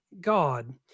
God